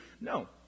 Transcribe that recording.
No